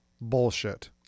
bullshit